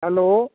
hello